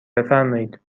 بفرمایید